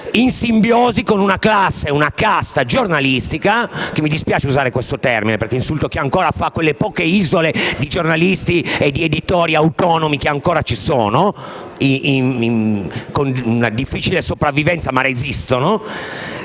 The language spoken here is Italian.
in simbiosi con una casta giornalistica; e mi dispiace usare questo termine perché insulto chi fa quelle poche isole di giornalismo e quegli editori autonomi che ancora ci sono e, pur con una difficile sopravvivenza, esistono.